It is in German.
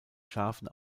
scharfen